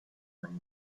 when